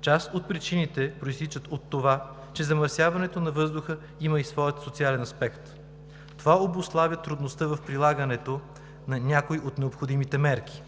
Част от причините произтичат от това, че замърсяването на въздуха има и своя социален аспект. Това обуславя трудността в прилагането на някои от необходимите мерки.